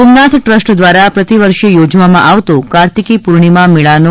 Somnath trust દ્વારા પ્રતિવર્ષે થોજવામાં આવતો કાર્તિકી પૂર્ણિમા મેળાનો